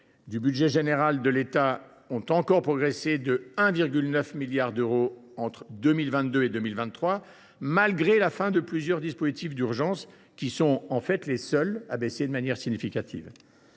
du budget général de l’État ont encore progressé de 1,9 milliard d’euros entre 2022 et 2023, malgré la fin de plusieurs dispositifs d’urgence, dont les crédits sont en fait les seuls à diminuer de manière significative.